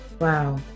Wow